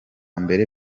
mbere